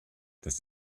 das